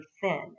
thin